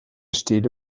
stele